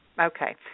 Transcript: Okay